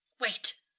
Wait